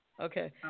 Okay